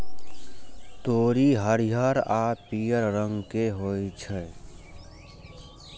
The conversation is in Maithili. तोरी हरियर आ पीयर रंग के होइ छै